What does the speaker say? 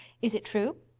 is it true?